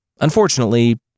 Unfortunately